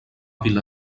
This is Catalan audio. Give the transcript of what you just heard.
vila